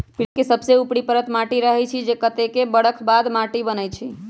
पृथ्वी के सबसे ऊपरी परत माटी रहै छइ जे कतेको बरख बाद माटि बनै छइ